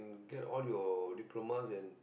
get all your diplomas and